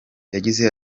yagize